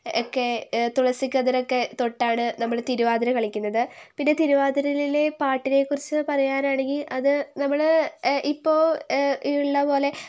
ഒക്കെ തുളസി കതിരൊക്കെ തൊട്ടാണ് നമ്മൾ തിരുവാതിര കളിക്കുന്നത് പിന്നെ തിരുവാതിരയിലെ പാട്ടിനെക്കുറിച്ച് പറയാനാണെങ്കിൽ അത് നമ്മൾ ഇപ്പോൾ ഈ ഉള്ളപോലെ